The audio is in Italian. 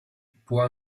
può